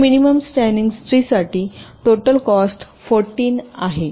तर minimum spanning tree साठी total cost 14 आहे